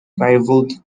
rivaled